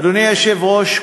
אדוני היושב-ראש,